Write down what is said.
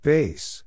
Base